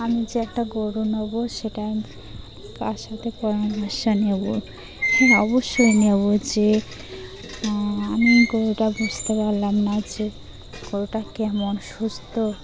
আমি যে একটা গরু নেব সেটা কার সাথে পরামর্শ নেব হ্যাঁ অবশ্যই নেব যে আমি গরুটা বুঝতে পারলাম না যে গরুটা কেমন সুস্থ